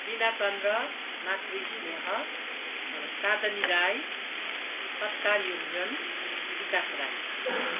लिला चन्द्र मातृ स्नेह चाँदनी राई सत्कार योन्जन बिकास राई